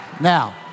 Now